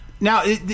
Now